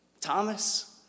Thomas